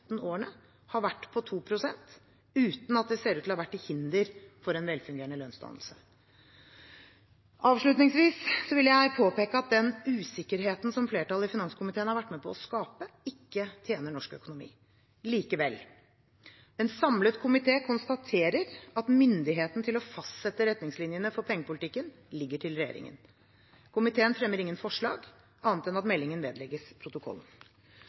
årene har vært på 2 pst., uten at det ser ut til å ha vært til hinder for en velfungerende lønnsdannelse. Avslutningsvis vil jeg påpeke at den usikkerheten som flertallet i finanskomiteen har vært med på å skape, ikke tjener norsk økonomi. Likevel, en samlet komité konstaterer at myndigheten til å fastsette retningslinjene for pengepolitikken ligger til regjeringen. Komiteen fremmer ingen forslag, annet enn at meldingen vedlegges protokollen.